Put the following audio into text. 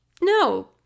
No